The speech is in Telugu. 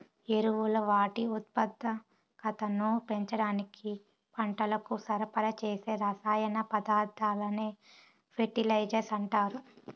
ఎరువులు వాటి ఉత్పాదకతను పెంచడానికి పంటలకు సరఫరా చేసే రసాయన పదార్థాలనే ఫెర్టిలైజర్స్ అంటారు